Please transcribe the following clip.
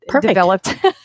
developed